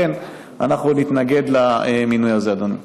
לכן אנחנו נתנגד למינוי הזה, אדוני.